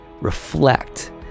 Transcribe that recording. reflect